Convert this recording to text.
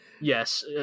yes